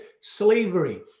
slavery